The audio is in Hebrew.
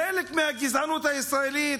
חלק מהגזענות הישראלית,